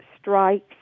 strikes